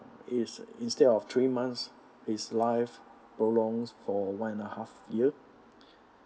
in~ instead of three months his life prolong for one and a half year